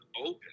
open